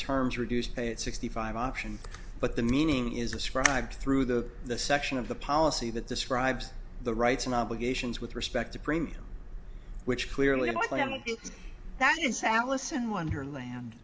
terms reduced it sixty five option but the meaning is ascribed through the the section of the policy that describes the rights and obligations with respect to premium which clearly i mean that is alice in wonderland